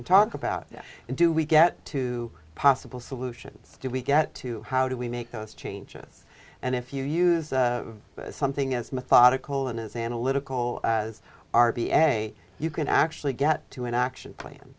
and talk about how do we get to possible solutions do we get to how do we make those changes and if you use something as methodical and as analytical as r b a you can actually get to an action plan